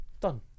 done